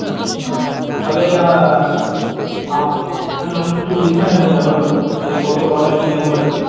আচ্ছা তাহলে আপনি একটু লিখে নেবেন ব্যাপারগুলো যে কত কটা কী নেব আর কি